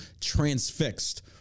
transfixed